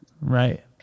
right